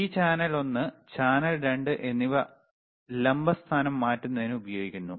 ഈ ചാനൽ ഒന്ന് ചാനൽ 2 എന്നിവ ലംബ സ്ഥാനം മാറ്റുന്നതിന് ഉപയോഗിക്കുന്നു